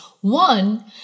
One